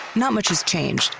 not much has changed,